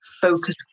focus